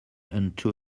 unto